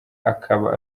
akaba